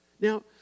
Now